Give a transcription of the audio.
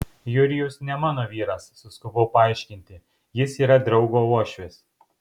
jurijus ne mano vyras suskubau paaiškinti jis yra draugo uošvis